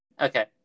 Okay